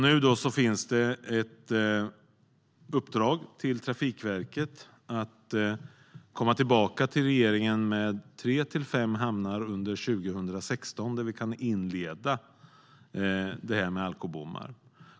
Nu finns det ett uppdrag till Trafikverket att komma tillbaka till regeringen med förslag på tre till fem hamnar under 2016 där vi kan inleda det här med alkobommar.